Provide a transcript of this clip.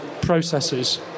processes